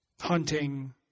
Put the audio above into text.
hunting